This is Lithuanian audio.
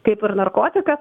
kaip ir narkotikas